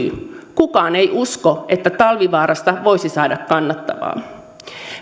kukaan ei usko että talvivaarasta voisi saada kannattavaa